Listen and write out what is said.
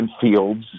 Fields